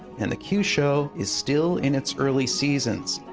and the q show is still in its early seasons.